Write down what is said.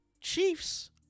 Chiefs